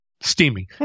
steaming